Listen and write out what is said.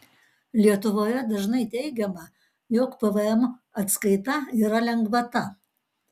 lietuvoje dažnai teigiama jog pvm atskaita yra lengvata